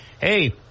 hey